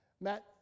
Matt